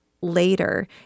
later